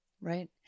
Right